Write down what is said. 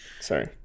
Sorry